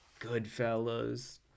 goodfellas